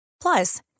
Plus